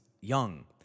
young